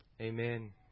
Amen